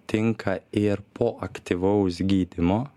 tinka ir po aktyvaus gydymo